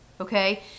okay